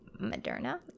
Moderna